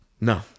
No